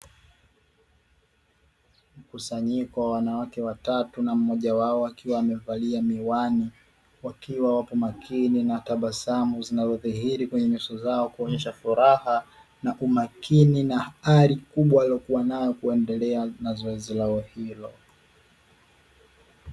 Mkusanyiko wa wanawake watatu na mmoja wao akiwa amevalia miwani wakiwa wapo makini na tabasamu zinazodhihiri kwenye nyuso zao kuonyesha furaha na umakini na ari kubwa waliokuwa nayo kuendelea na zoezi lao hilo.